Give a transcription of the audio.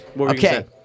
Okay